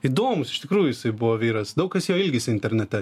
įdomus iš tikrųjų jisai buvo vyras daug kas jo ilgisi internate